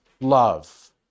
love